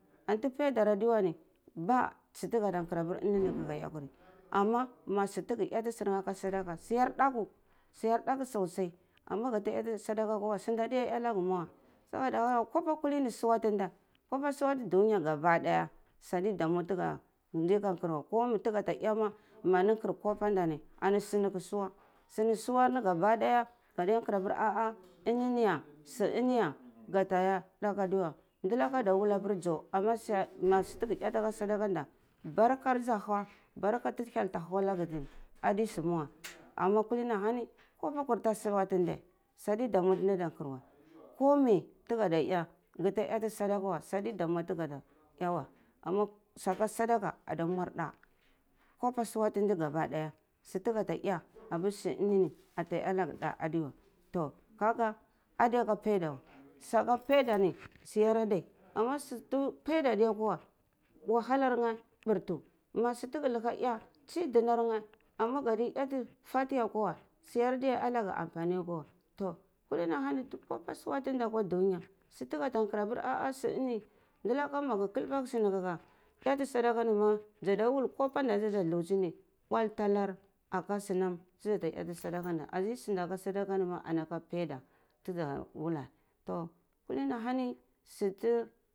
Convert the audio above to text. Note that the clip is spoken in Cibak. Ani payarda adey weh ba su taga kar apir amma ma su tigeh eti aka sadaka suyar ndaku siyar ndaku sosai ama su magata eti sadaka weh suda adiya ehna ga weh saboda haka kwapar kuli n suwati ndeh kwapa suwar dunya gabaki daya gabaki daya sa do ndamu ta a ta eh ma ma ndi kar apiri kwapanda ni ani suni ka suwa suni suwar ni gabadaya gadiya kar apiri ini ni ya ini ya gata daku weh ndalaka ada wweh pa zau ama su ma su taga eti aka sadakar ada mwar dah kwapa suwati ndi gabadaya su ti gata eh apir su inini aseh enageh da adiweh toh haka adiya ka pehda weh su nan aka pehda ni siyar adeh amma su ti pehda adiya kwa weh wahalar neh mbwartu masu taga luhu eh tsi dunar neh ana gata eti fati ayiri akwa weh sur adiye enage anfani weh toh kuli ni ahani ti kwapa suwati ndeh akwa duniya su ti geta kara pir ah ah su ini sur laka maga kalba suni kaga eti su ahani kaga eti sadakar neh dzada wul kwa nda ta zi tara hitsi ni inbwal ta lar aka swam nan ta za ta eti sada ka ni ashe zi te ndi nama ka sadaka ni zana ka pyerda ta si wule toh kuli ni ahani su teh.